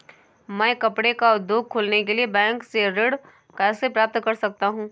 मैं कपड़े का उद्योग खोलने के लिए बैंक से ऋण कैसे प्राप्त कर सकता हूँ?